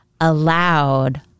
allowed